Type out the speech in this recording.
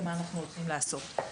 ומה אנחנו הולכים לעשות.